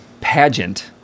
pageant